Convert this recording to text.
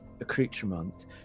accoutrement